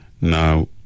now